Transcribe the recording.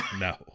No